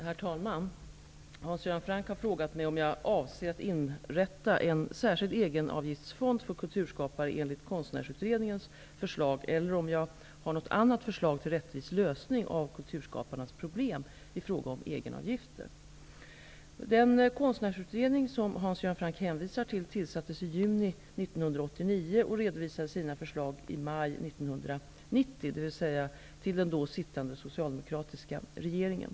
Herr talman! Hans Göran Franck har frågat mig om jag avser att inrätta en särskild egenavgiftsfond för kulturskapare enligt Konstnärsutredningens förslag eller om jag har något annat förslag till rättvis lösning av kulturskaparnas problem i fråga om egenavgifter. Den konstnärsutredning, som Hans Göran Franck hänvisar till, tillsattes i juni 1989 och redovisade sina förslag i maj 1990, dvs. till den då sittande socialdemokratiska regeringen.